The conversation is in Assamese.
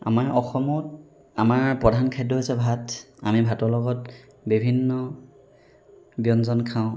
আমাৰ অসমত আমাৰ প্ৰধান খাদ্য হৈছে ভাত আমি ভাতৰ লগত বিভিন্ন ব্যঞ্জন খাওঁ